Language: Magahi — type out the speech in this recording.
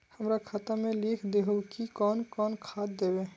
हमरा खाता में लिख दहु की कौन कौन खाद दबे?